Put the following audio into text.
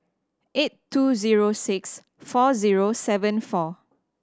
eight two zero six four zero seven four